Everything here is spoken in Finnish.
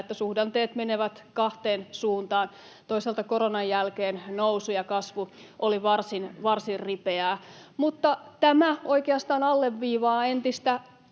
että suhdanteet menevät kahteen suuntaan. Toisaalta koronan jälkeen nousu ja kasvu oli varsin ripeää. Mutta tämä oikeastaan alleviivaa entistä